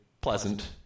pleasant